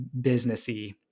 businessy